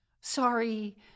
Sorry